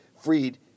freed